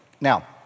Now